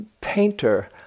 painter